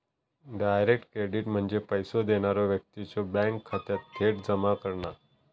direct credit म्हणजे पैसो देणारा व्यक्तीच्यो बँक खात्यात थेट जमा करणा